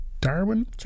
Darwin